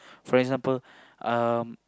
for example um